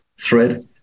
thread